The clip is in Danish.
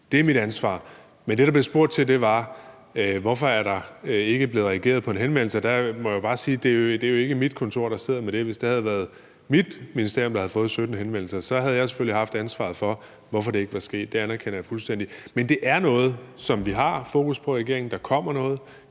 det er mit ansvar. Men det, der blev spurgt til, var, hvorfor der ikke var blevet reageret på en henvendelse. Og der må jeg bare sige, at det jo ikke er mit kontor, der sidder med det. Hvis det var mit ministerium, der havde fået 17 henvendelser, så havde jeg selvfølgelig haft ansvaret for, hvorfor det ikke var sket. Det anerkender jeg fuldstændigt. Men det er noget, som vi har fokus på i regeringen.